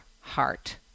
heart